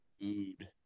food